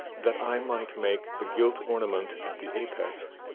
that i might make the gilt ornament at the apex,